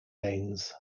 lanes